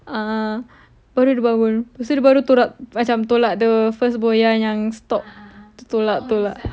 uh baru dia bangun lepas baru dia tolak maca tolak the first buoy yang stop tolak tolak